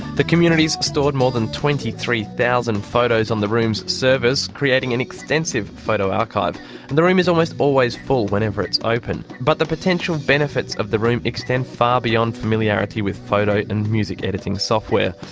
the community's stored more than twenty three thousand photos on the room's servers, creating an extensive photo archive, and the room is almost always full whenever it's open. but the potential benefits of the room extend far beyond familiarity with photo and music editing software.